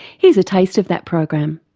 here's a taste of that program.